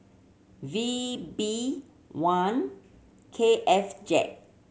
V B one K F Z